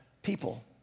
people